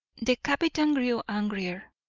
the captain grew angrier.